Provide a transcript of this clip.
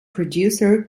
producer